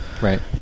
Right